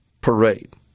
parade